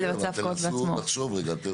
בסדר אז סיכמנו גם את העניין